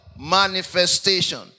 Manifestation